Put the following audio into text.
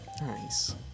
nice